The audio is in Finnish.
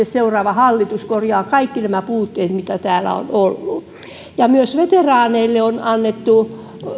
seuraava hallitus korjaa kaikki nämä puutteet mitä täällä on ollut myös veteraaneille on annettu